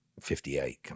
58